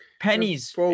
pennies